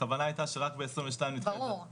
הכוונה הייתה שרק ב-2022 --- ברור.